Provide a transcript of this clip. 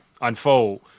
unfold